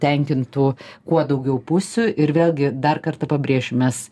tenkintų kuo daugiau pusių ir vėlgi dar kartą pabrėšiu mes